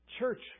Church